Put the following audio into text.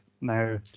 now